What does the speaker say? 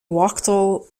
wachtel